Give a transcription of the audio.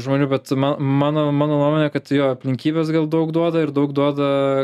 žmonių bet ma mano mano nuomone kad jo aplinkybės gal daug duoda ir daug duoda